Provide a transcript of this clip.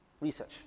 research